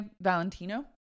Valentino